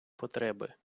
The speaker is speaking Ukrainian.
потреби